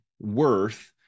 worth